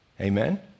Amen